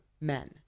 Men